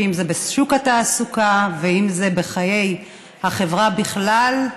שאם זה בשוק התעסוקה ואם זה בחיי החברה בכלל,